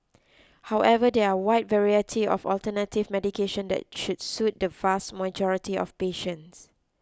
however there are a wide variety of alternative medication that should suit the vast majority of patients